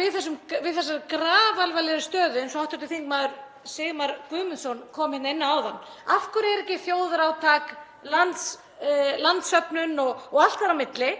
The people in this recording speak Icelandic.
við þessari grafalvarlegu stöðu, eins og hv. þm. Sigmar Guðmundsson kom hérna inn á áðan? Af hverju er ekki þjóðarátak, landssöfnun og allt þar á milli?